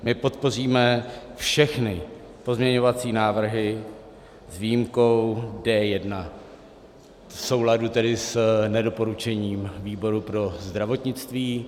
My podpoříme všechny pozměňovací návrhy s výjimkou D1, v souladu tedy s nedoporučením výboru pro zdravotnictví.